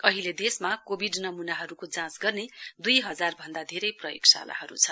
अहिले देशमा कोविड नमूनाहरुको जाँच गर्ने दुई हजार भन्दा धेरै प्रयोगशालाहरु छन्